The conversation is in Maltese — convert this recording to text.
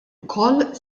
wkoll